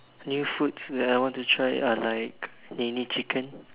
new foods that I want to try are like NeNe-chicken